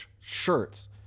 shirts